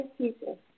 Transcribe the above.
people